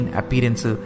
appearance